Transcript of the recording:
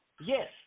Yes